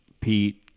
Pete